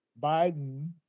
Biden